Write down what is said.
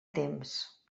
temps